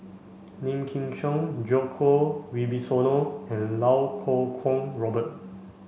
Lim Chin Siong Djoko Wibisono and Lau Kuo Kwong Robert